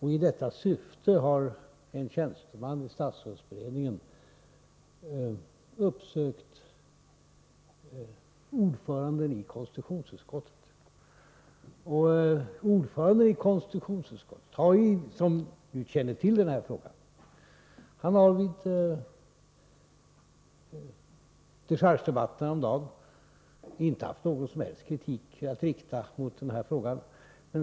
I detta syfte har en tjänsteman i statsrådsberedningen uppsökt ordföranden i Denne, som ju känner till den här frågan, har i dechargedebatten häromdagen inte haft någon som helst kritik att framföra härvidlag.